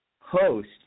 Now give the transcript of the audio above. host